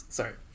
Sorry